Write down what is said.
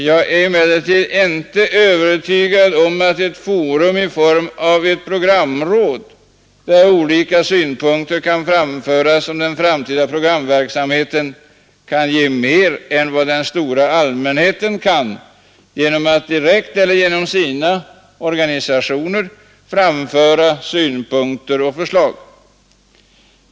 Jag är inte övertygad om att ett forum i form av ett programråd, där olika synpunkter kan framföras om den framtida programverksamheten, kan ge mer än den stora allmänheten genom att den direkt eller genom sina organisationer framför synpunkter och förslag.